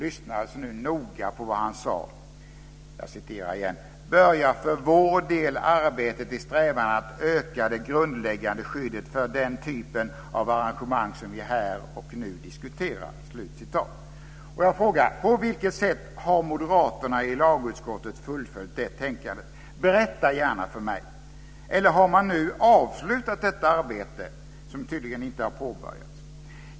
Lyssna noga på vad han här sade: "Börjar för vår del arbetet i strävan att öka det grundläggande skyddet för den typ av arrangemang som vi här och nu diskuterar." På vilket sätt har moderaterna i lagutskottet fullföljt det tänkandet? Berätta gärna för mig! Eller har man nu avslutat detta arbete, som tydligen inte har påbörjats?